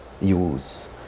use